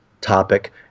topic